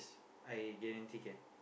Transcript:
I guarantee can